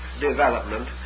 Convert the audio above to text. development